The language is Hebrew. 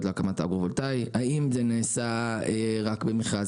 להקמת אגרו-וולטאי; האם זה נעשה רק במכרז?